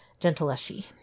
Gentileschi